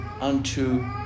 unto